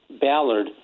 Ballard